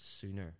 sooner